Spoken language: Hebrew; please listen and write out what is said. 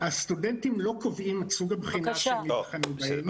הסטודנטים לא קובעים את סוג הבחינה שהם נבחנים בהם.